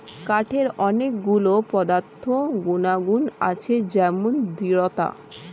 কাঠের অনেক গুলো পদার্থ গুনাগুন আছে যেমন দৃঢ়তা